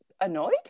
annoyed